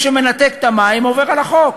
מי שמנתק את המים עובר על החוק,